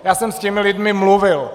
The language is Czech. Já jsem s těmi lidmi mluvil.